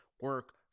Work